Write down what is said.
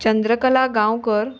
Chandrakala Gaonkar